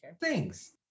Thanks